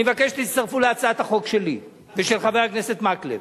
אני מבקש שתצטרפו להצעת החוק שלי ושל חבר הכנסת מקלב.